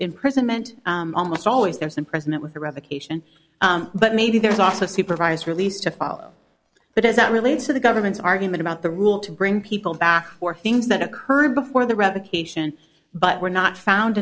imprisonment almost always there some present with a revocation but maybe there's also supervised release to follow but as it relates to the government's argument about the rule to bring people back for things that occurred before the revocation but were not found